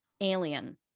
alien